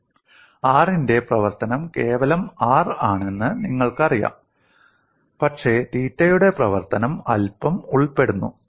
r ന്റെ പ്രവർത്തനം കേവലം r ആണെന്ന് നിങ്ങൾക്കറിയാം പക്ഷേ തീറ്റയുടെ പ്രവർത്തനം അല്പം ഉൾപ്പെടുന്നു